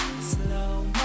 slow